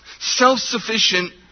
self-sufficient